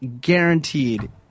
guaranteed